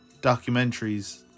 documentaries